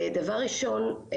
דבר ראשון,